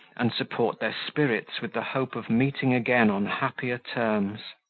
and support their spirits with the hope of meeting again on happier terms.